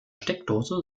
steckdose